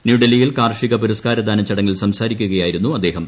ന്യൂഡൽഹിയിൽ കാർഷിക പുരസ്കാര ദാന ചടങ്ങിൽ സംസാരിക്കുകയായിരുന്നു അദ്ദേഹം